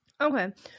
Okay